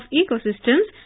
ecosystems